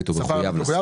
הכול.